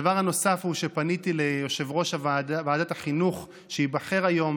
הדבר הנוסף הוא שפניתי ליושב-ראש ועדת החינוך שייבחר היום